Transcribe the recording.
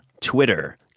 Twitter